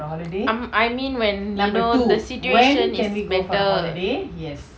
I mean when you know the situation is better